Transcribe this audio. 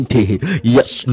Yes